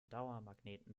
dauermagneten